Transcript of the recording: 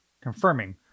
confirming